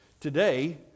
Today